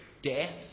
Death